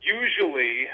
usually